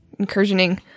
incursioning